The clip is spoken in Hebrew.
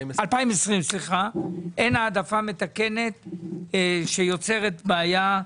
2020 אין העדפה מתקנת שיוצרת בעיה.